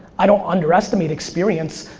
i don't underestimate experience,